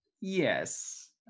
yes